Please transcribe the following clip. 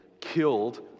killed